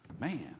Man